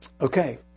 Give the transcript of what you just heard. Okay